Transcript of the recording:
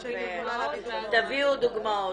תביאו דוגמאות.